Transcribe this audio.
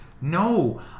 no